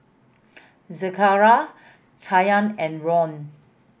Zechariah Kanye and Ron